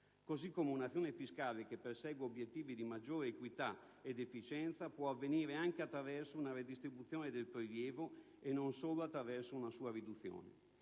così come un'azione fiscale che persegua obiettivi di maggiore equità ed efficienza può avvenire anche attraverso una redistribuzione del prelievo, e non solo attraverso una sua riduzione.